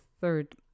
third